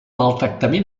maltractament